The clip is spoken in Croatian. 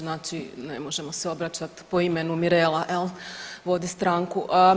Znači ne možemo se obraćati po imenu Mirela jel, vodi stranku.